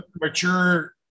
mature